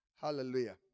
Hallelujah